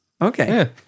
Okay